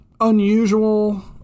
unusual